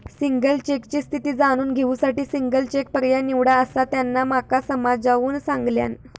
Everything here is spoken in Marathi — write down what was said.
सिंगल चेकची स्थिती जाणून घेऊ साठी सिंगल चेक पर्याय निवडा, असा त्यांना माका समजाऊन सांगल्यान